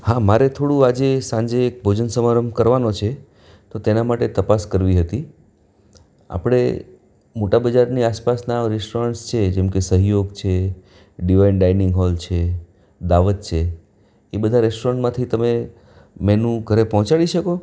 હા મારે થોડું આજે સાંજે ભોજન સમારંભ કરવાનો છે તો તેના માટે તપાસ કરવી હતી આપણે મોટા બજારની આસપાસના રેસ્ટોરન્ટ્સ છે જેમ કે સહયોગ છે ડિવાઇન ડાઈનિંગ હોલ છે દાવત છે એ બધા રેસ્ટોરન્ટ્સમાંથી તમે મેનુ ઘરે પહોંચાડી શકો